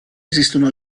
esistono